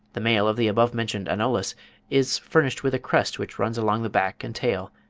the male of the above-mentioned anolis is furnished with a crest which runs along the back and tail,